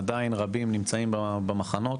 עדיין רבים, נמצאים במחנות